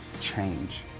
change